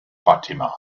fatima